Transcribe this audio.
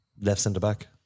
left-centre-back